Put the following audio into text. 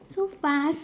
so fast